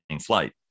flight